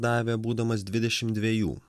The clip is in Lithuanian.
davė būdamas dvidešim dvejų